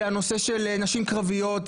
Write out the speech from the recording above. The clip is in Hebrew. זה הנושא של נשים קרביות,